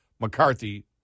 McCarthy